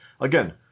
again –